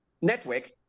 network